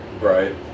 right